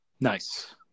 Nice